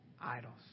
idols